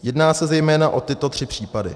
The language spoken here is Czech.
Jedná se zejména o tyto tři případy: